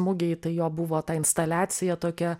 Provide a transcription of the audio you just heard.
mugėj tai jo buvo ta instaliacija tokia